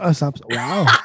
Wow